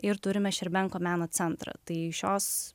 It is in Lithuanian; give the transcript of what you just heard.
ir turime šerbenko meno centrą tai šios